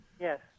Yes